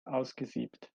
ausgesiebt